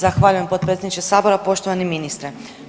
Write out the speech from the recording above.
Zahvaljujem potpredsjedniče Sabora, poštovani ministre.